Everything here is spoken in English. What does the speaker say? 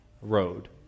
road